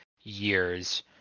years